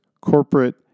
corporate